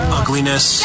ugliness